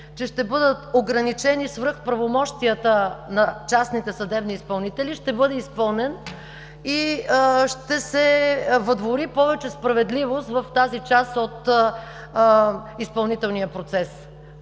че ще бъдат ограничени свръхправомощията на частните съдебни изпълнители, ще бъде изпълнен и ще се въдвори повече справедливост в тази част от изпълнителния процес.